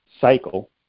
cycle